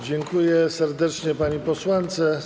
Dziękuję serdecznie pani posłance.